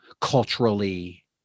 culturally